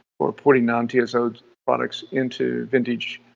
we're putting non-tsod products into vintage,